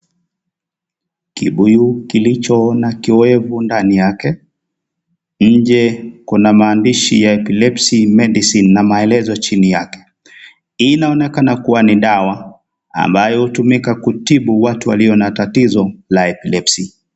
Kibuyu kilicho na kiwevu ndani yake, nje kuna maandishi ya epilepsy medicine na maelezo chini yake. Hii inaonekana kuwa ni dawa ambayo hutumika kutibu watu walio na tattoo la epilepsy .